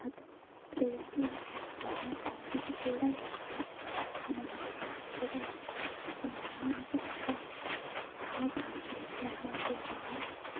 ಅದು ಬ್ರೇಸ್ಲೇಟ್ ನನ್ನ ತಂಗಿಗೂ ಕೂಡ ಇಷ್ಟ ಅದು ನನ್ನ ಅಕ್ಕನಿಗೆ ಕೂಡ ಇಷ್ಟ ನಮ್ಮ ಅಮ್ಮನಿಗೂ ಕೂಡ ಇಷ್ಟ ಹಾಗಾಗಿ ನಮಗೆ ನಾಲ್ಕು